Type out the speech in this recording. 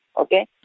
okay